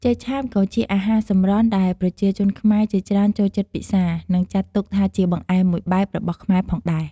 ចេកឆាបក៏ជាអាហារសម្រន់ដែលប្រជាជនខ្មែរជាច្រើនចូលចិត្តពិសា និងចាត់ទុកថាជាបង្អែមមួយបែបរបស់ខ្មែរផងដែរ។